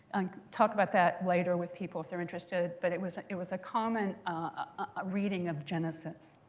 talk about that later with people if they're interested. but it was it was a common ah reading of genesis.